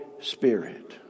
Spirit